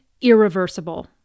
irreversible